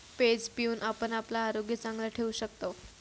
page पिऊन आपण आपला आरोग्य चांगला ठेवू शकतव